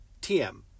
TM